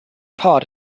part